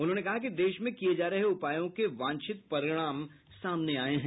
उन्होंने कहा कि देश में किए जा रहे उपायों के वांछित परिणाम सामने आए हैं